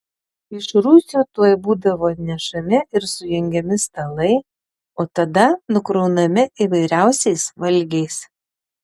iš rūsio tuoj būdavo atnešami ir sujungiami stalai o tada nukraunami įvairiausiais valgiais